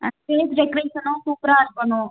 ஆ stage டெக்கரேஷனும் சூப்பராக இருக்கணும்